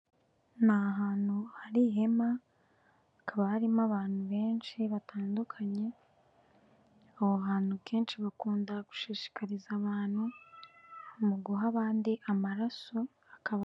Ni ahantu hari ihema, hakaba harimo abantu benshi batandukanye, aho hantu kenshi bakunda gushishikariza abantu, mu guha abandi amaraso akaba...